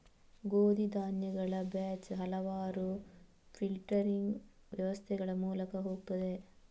ಗೋಧಿ ಧಾನ್ಯಗಳ ಬ್ಯಾಚ್ ಹಲವಾರು ಫಿಲ್ಟರಿಂಗ್ ವ್ಯವಸ್ಥೆಗಳ ಮೂಲಕ ಹೋಗುತ್ತದೆ